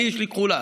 אני יש לי כחולה.